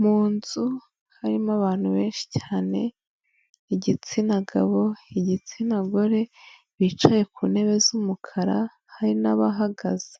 Mu nzu harimo abantu benshi cyane igitsina gabo igitsina gore bicaye ku ntebe z'umukara hari n'abahagaze,